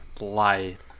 light